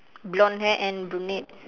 blonde hair and brunette